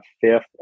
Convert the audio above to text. fifth